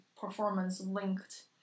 performance-linked